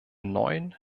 neuen